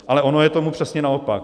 Ale ono je tomu přesně naopak.